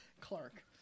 Clark